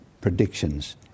predictions